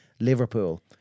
Liverpool